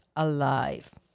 alive